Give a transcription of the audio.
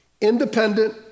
Independent